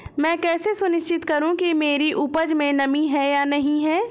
मैं कैसे सुनिश्चित करूँ कि मेरी उपज में नमी है या नहीं है?